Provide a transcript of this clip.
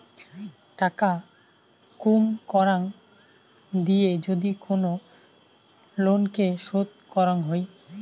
টাকা কুম করাং দিয়ে যদি কোন লোনকে শোধ করাং হই